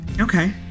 Okay